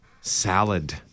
salad